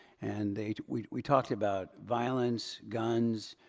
and we we talked about violence, guns,